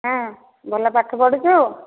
ହଁ ଭଲ ପାଠ ପଢ଼ୁଛୁ